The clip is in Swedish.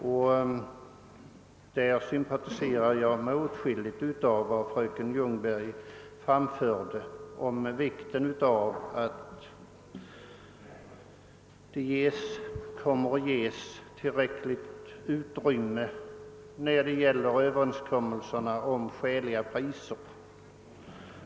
Därvidlag sympatiserar jag med åtskilligt av vad fröken Ljungberg sade om vikten av att det kommer att ges tillräckligt utrymme för överenskommelser om skäliga priser.